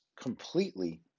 completely